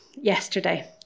yesterday